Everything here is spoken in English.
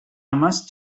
must